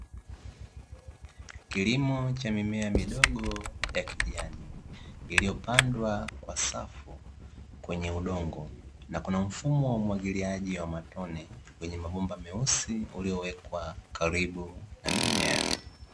Kilimo cha mimea midogo ya kijani, iliyopandwa kwa safu kwenye udongo. Na kuna mfumo wa umwagiliaji wa matone wenye mabomba meusi uliowekwa karibu na mimea.